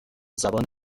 زبان